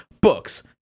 books –